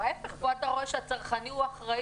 ההיפך, פה אתה רואה שהצרכני הוא אחראי,